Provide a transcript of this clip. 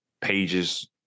pages